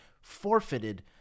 forfeited